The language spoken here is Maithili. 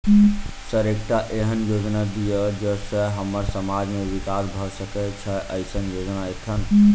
सर एकटा एहन योजना दिय जै सऽ हम्मर समाज मे विकास भऽ सकै छैय एईसन योजना एखन?